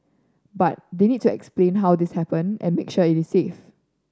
but they need to explain how this happened and make sure it is safe